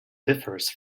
differs